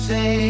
Say